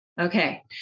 Okay